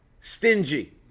Stingy